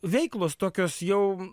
veiklos tokios jau